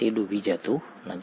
તે ડૂબી જતું નથી